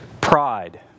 pride